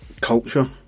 culture